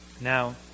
Now